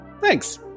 Thanks